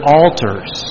altars